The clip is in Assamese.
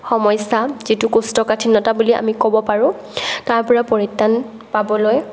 সমস্যা যিটো কৌষ্ঠকাঠিন্যতা বুলি আমি ক'ব পাৰোঁ তাৰ পৰা পৰিত্ৰাণ পাবলৈ